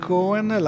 Cohen